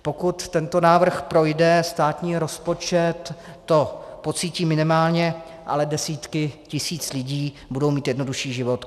Pokud tento návrh projde, státní rozpočet to pocítí minimálně, ale desítky tisíc lidí budou mít jednodušší život.